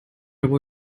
about